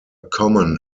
common